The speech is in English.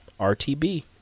RTB